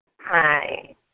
Hi